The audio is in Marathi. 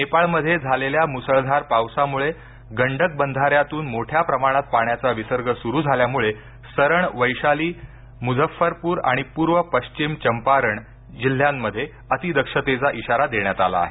नेपाळमध्ये झालेल्या मुसळधार पावसामुळे गंडक बंधाऱ्यातून मोठ्या प्रमाणात पाण्याचा विसर्ग सुरू झाल्यामुळे सरण वैशाली मुझफरपूर आणि पूर्व पश्चिम चंपारण जिल्ह्यात अति दक्षतेचा इशारा देण्यात आला आहे